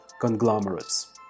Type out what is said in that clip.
conglomerates